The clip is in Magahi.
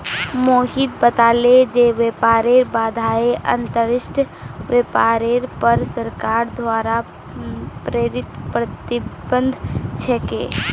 मोहित बताले जे व्यापार बाधाएं अंतर्राष्ट्रीय व्यापारेर पर सरकार द्वारा प्रेरित प्रतिबंध छिके